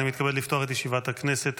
אני מתכבד לפתוח את ישיבת הכנסת.